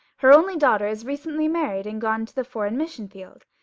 her only daughter has recently married and gone to the foreign mission field.